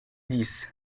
dix